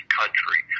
country